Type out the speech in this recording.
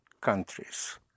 countries